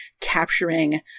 capturing